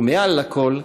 ומעל לכול,